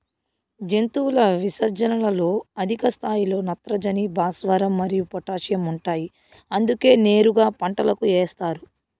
జంతువుల విసర్జనలలో అధిక స్థాయిలో నత్రజని, భాస్వరం మరియు పొటాషియం ఉంటాయి అందుకే నేరుగా పంటలకు ఏస్తారు